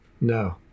no